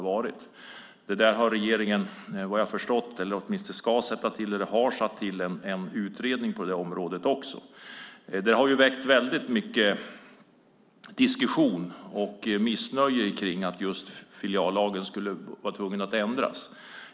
Vad jag har förstått har eller ska regeringen sätta till en utredning på området. Det har väckt väldigt mycket diskussion och missnöje kring att man skulle vara tvungen att ändra just filiallagen.